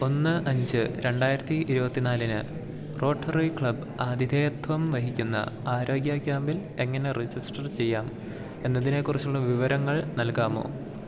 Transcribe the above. ഒന്ന് അഞ്ച് രണ്ടായിരത്തി ഇരുപത്തിനാലിന് റോട്ടറി ക്ലബ് ആതിഥേയത്വം വഹിക്കുന്ന ആരോഗ്യ ക്യാമ്പിൽ എങ്ങനെ രജിസ്ട്രറ് ചെയ്യാം എന്നതിനെക്കുറിച്ചുള്ള വിവരങ്ങൾ നൽകാമോ